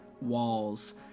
walls